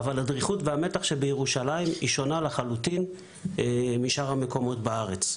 אבל הדריכות והמתח בירושלים שונה לחלוטין משאר המקומות בארץ.